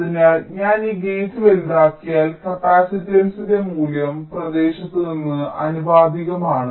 അതിനാൽ ഞാൻ ഈ ഗേറ്റ് വലുതാക്കിയാൽ കപ്പാസിറ്റൻസിന്റെ മൂല്യം പ്രദേശത്തിന് ആനുപാതികമാണ്